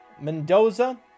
Mendoza